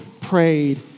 prayed